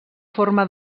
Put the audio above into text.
forma